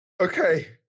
okay